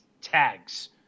tags